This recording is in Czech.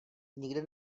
nikde